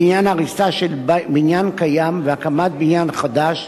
לעניין הריסה של בניין קיים והקמת בניין חדש,